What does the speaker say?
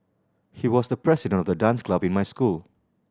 he was the president of the dance club in my school